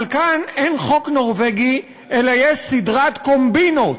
אבל כאן אין חוק נורבגי אלא יש סדרת קומבינות.